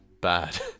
bad